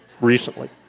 Recently